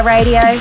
Radio